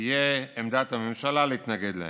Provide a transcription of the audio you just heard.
תהיה עמדת הממשלה להתנגד להן.